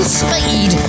speed